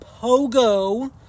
Pogo